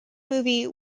movie